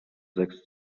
sechs